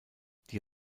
die